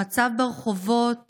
המצב ברחובות